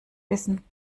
wissen